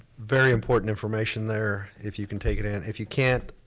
very important information there if you can take it in. if you can't,